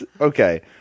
Okay